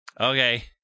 okay